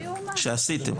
שעשיתם.